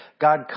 God